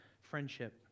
Friendship